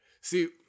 See